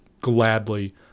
gladly